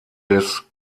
des